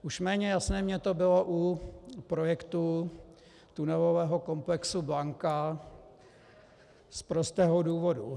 Už méně jasné mně to bylo u projektu tunelového komplexu Blanka z prostého důvodu.